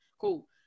Cool